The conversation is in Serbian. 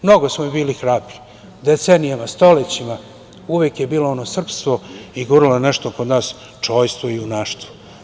Mnogo smo bili hrabri, decenijama, stolećima, uvek je bilo ono srpstvo i bilo je nešto kod nas, čojstvo i junaštvo.